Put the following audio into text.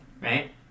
right